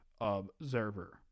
observer